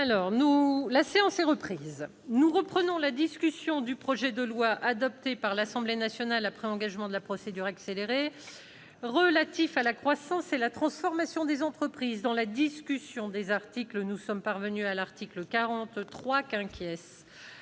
La séance est reprise. Nous reprenons la discussion du projet de loi, adopté par l'Assemblée nationale après engagement de la procédure accélérée, relatif à la croissance et la transformation des entreprises. Dans la discussion du texte de la commission, nous en sommes parvenus, au sein de